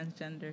transgender